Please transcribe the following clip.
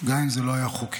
גם אם זה לא היה חוקי.